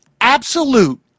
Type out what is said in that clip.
absolute